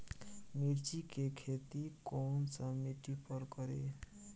मिर्ची के खेती कौन सा मिट्टी पर करी?